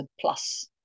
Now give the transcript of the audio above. plus